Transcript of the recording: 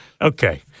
Okay